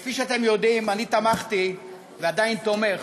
כפי שאתם יודעים, אני תמכתי, ועדיין תומך,